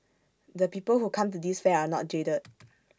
the people who come to this fair are not jaded